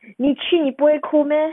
你去你不会哭 meh